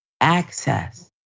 Access